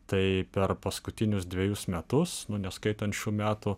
tai per paskutinius dvejus metus neskaitant šių metų